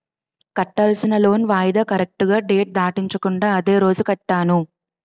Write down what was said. కట్టాల్సిన లోన్ వాయిదా కరెక్టుగా డేట్ దాటించకుండా అదే రోజు కట్టాను